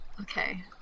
Okay